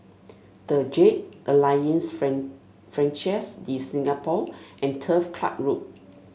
the Jade Alliance Francaise de Singapour and Turf Club Road